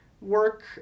work